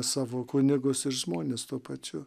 savo kunigus ir žmones tuo pačiu